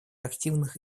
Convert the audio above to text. активных